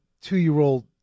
two-year-old